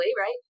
right